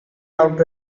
out